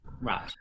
Right